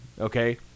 Okay